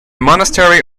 monastery